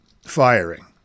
firing